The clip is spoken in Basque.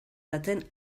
baten